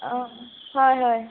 অঁ হয় হয়